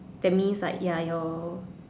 that means like your